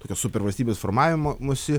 tokios supervalstybės formavimosi